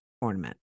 ornament